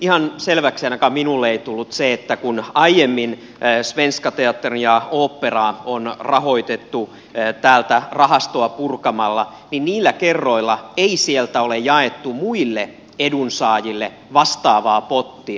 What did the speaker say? ihan selväksi ainakaan minulle ei tullut se että kun aiemmin svenska teaternia ja oopperaa on rahoitettu täältä rahastoa purkamalla niin niillä kerroilla ei sieltä ole jaettu muille edunsaajille vastaavaa pottia